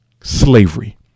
slavery